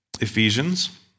Ephesians